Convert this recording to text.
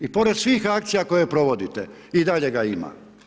I pored svih akcija koje provodite i dalje ga ima.